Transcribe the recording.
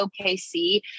OKC